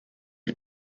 wir